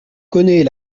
connaît